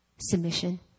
Submission